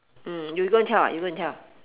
mm you go and tell ah you go and tell ah